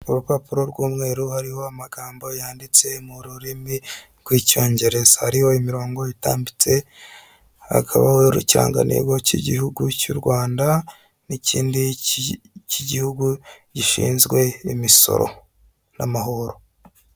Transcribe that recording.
Urupapuro rw'umweru hariho amagambo yanditse mu rurimi rw'Icyongereza hariho imirongo itambitse, hakabaho ikirangantego cy'igihugu cy'u Rwanda, n'ikindi cy'igihugu gishinzwe imisoro n'amahoro.